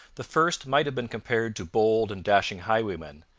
the first might have been compared to bold and dashing highwaymen,